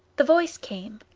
the voice came.